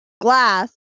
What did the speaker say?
Glass